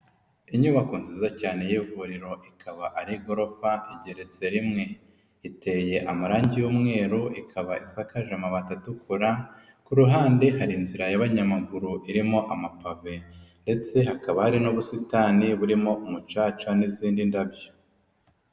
Inyubako nziza cyane y'ivuriro ikaba ari gorofa igeretse rimwe, iteye amarangi y'umweru, ikaba isakaje amabati atukura, ku ruhande hari inzira y'abanyamaguru irimo amapave ndetse hakaba hari n'ubusitani burimo umucaca n'izindi ndabyo.